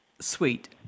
sweet